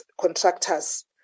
contractors